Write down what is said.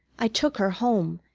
i took her home.